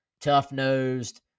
tough-nosed